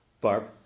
Barb